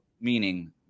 meaning